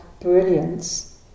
brilliance